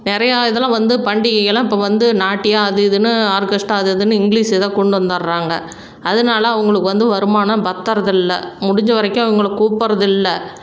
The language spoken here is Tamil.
நிறையா இதில் வந்து பண்டிகைகளெலாம் இப்போ வந்து நாட்டியம் அது இதுன்னு ஆர்கெஸ்ட்டா அது இதுன்னு இங்கிலீஷ் ஏதோ கொண்டு வந்துடுறாங்க அதனால அவங்களுக்கு வந்து வருமானம் பற்றறது இல்லை முடிஞ்சவரைக்கும் அவங்கள கூப்பிட்றதில்ல